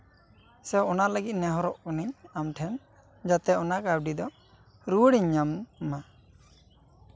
ᱥᱮ ᱚᱱᱟ ᱞᱟᱹᱜᱤᱫ ᱱᱮᱦᱚᱨᱚᱜ ᱠᱟᱱᱟᱧ ᱟᱢᱴᱷᱮᱱ ᱡᱟᱛᱮ ᱚᱱᱟ ᱠᱟᱹᱣᱰᱤ ᱫᱚ ᱨᱩᱣᱟᱹᱲ ᱤᱧ ᱧᱟᱢ ᱢᱟ